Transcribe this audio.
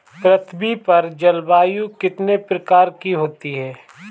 पृथ्वी पर जलवायु कितने प्रकार की होती है?